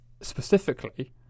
specifically